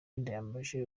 ndayambaje